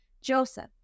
Joseph